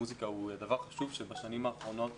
למוסיקה הוא דבר חשוב שבשנים האחרונות